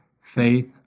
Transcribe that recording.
faith